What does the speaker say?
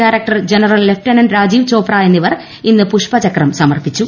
director general lieutenant Rajeev Chopra എന്നിവർ ഇന്ന് പുഷ്പചക്രം സമർപ്പിച്ചു